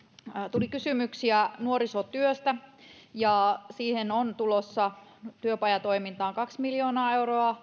tuli kysymyksiä nuorisotyöstä siihen on tulossa työpajatoimintaan kaksi miljoonaa euroa